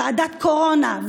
ועדת קורונה,